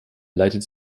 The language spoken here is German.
leitet